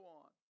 on